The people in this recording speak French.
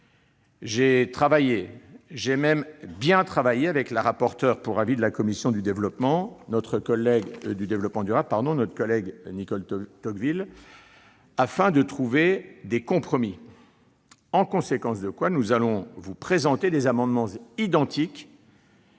et même bien travaillé -avec la rapporteure pour avis de la commission du développement durable, Nelly Tocqueville, afin de trouver des compromis. Par conséquent, nous allons vous présenter des amendements identiques